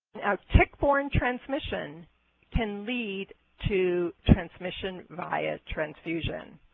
tick-borne transmission can lead to transmission via transfusion.